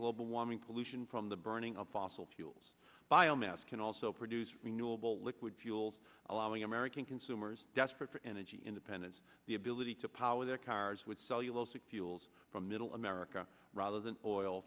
global warming pollution from the burning of fossil fuels biomass can also produce renewable liquid fuels allowing american consumers desperate for energy independence the ability to power their cars with cellulosic fuels from middle america rather than oil